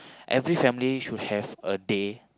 every family should have a day